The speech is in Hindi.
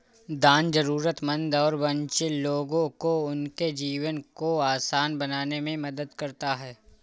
दान जरूरतमंद और वंचित लोगों को उनके जीवन को आसान बनाने में मदद करता हैं